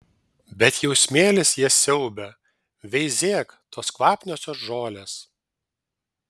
bet jau smėlis jas siaubia veizėk tos kvapniosios žolės